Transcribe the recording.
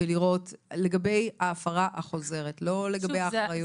לגבי ההפרה החוזרת ולא לגבי האחריות.